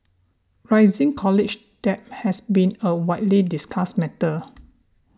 rising college debt has been a widely discussed matter